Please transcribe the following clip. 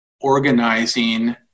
organizing